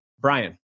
Brian